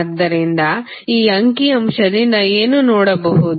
ಆದ್ದರಿಂದ ಈ ಅಂಕಿ ಅಂಶದಿಂದ ಏನು ನೋಡಬಹುದು